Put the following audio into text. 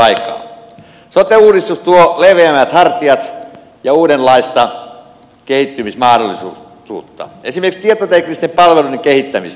sote uudistus tuo leveämmät hartiat ja uudenlaista kehittymismahdollisuutta esimerkiksi tietoteknisten palveluiden kehittämiselle